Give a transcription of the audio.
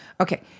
Okay